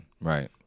right